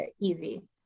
easy